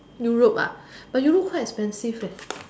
Europe ah but Europe quite expensive leh